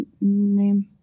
name